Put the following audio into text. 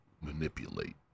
manipulate